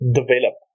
develop